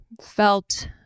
felt